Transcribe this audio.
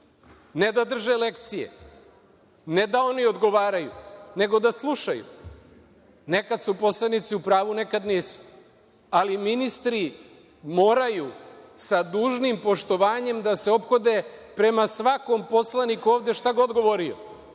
ne da drže lekcije, ne da oni odgovaraju, nego da slušaju. Nekad su poslanici u pravu nekad nisu, ali ministri moraju, sa dužnim poštovanjem da se ophode prema svakom poslaniku ovde šta god govorio,